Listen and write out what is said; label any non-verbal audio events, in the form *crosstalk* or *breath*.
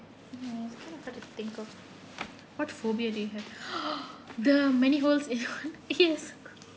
ya it's kind of hard to think of what phobia do you have *breath* the many holes that one yes *breath*